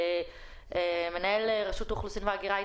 נמצא אתנו מנהל רשות האוכלוסין וההגירה?